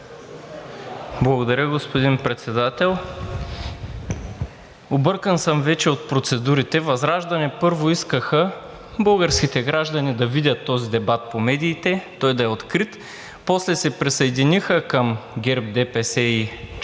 Благодаря, господин Председател. Объркан съм вече от процедурите. ВЪЗРАЖДАНЕ първо искаха българските граждани да видят този дебат по медиите, той да е открит, после се присъединиха към ГЕРБ, ДПС и част